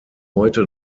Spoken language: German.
heute